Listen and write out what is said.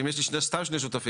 ואם יש לי סתם שני שותפים,